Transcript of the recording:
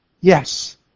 yes